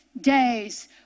days